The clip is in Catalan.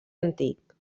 antic